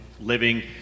living